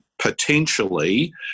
potentially